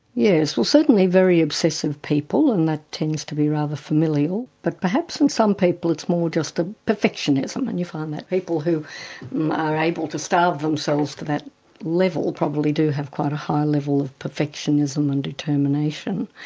yes, well certainly very obsessive people, and that tends to be rather familial. but perhaps in some people it's more just ah perfectionism, and you find that people who are able to starve themselves to that level probably do have quite a high level of perfectionism and determination.